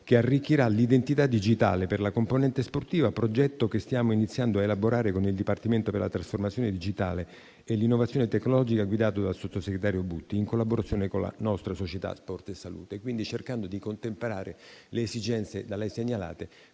che arricchirà l'identità digitale per la componente sportiva; un progetto che stiamo iniziando a elaborare con il dipartimento per la trasformazione digitale e l'innovazione tecnologica, guidato dal sottosegretario Butti, in collaborazione con la nostra società «Sport e salute». Stiamo cercando di contemperare le esigenze da lei segnalate